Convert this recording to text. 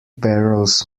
barrels